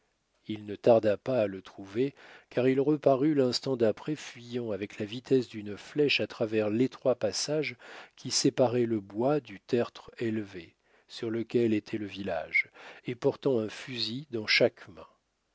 il ne tarda pas à le trouver car il reparut l'instant d'après fuyant avec la vitesse d'une flèche à travers l'étroit passage qui séparait le bois du tertre élevé sur lequel était le village et portant un fusil dans chaque main